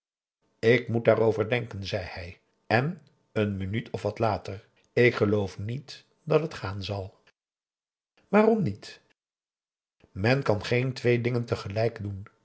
ik moet daarover denken zei hij en een minuut of wat later ik geloof niet dat het gaan zal waarom niet men kan geen twee dingen tegelijk doen